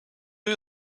you